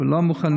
ואנחנו לא מוכנים,